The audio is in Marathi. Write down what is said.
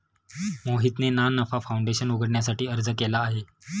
मोहितने ना नफा फाऊंडेशन उघडण्यासाठी अर्ज केला आहे